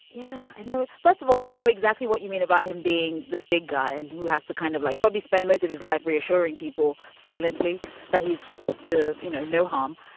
yeah, i know. first of all, i know exactly what you mean about him being this big guy and who has to kind of like probably spend most of his life reassuring people silently that he's up to, you know, no harm.